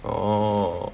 orh